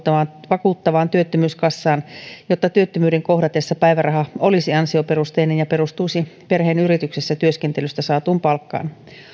vakuuttavaan työttömyyskassaan jotta työttömyyden kohdatessa päiväraha olisi ansioperusteinen ja se perustuisi perheen yrityksessä työskentelystä saatuun palkkaan